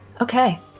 Okay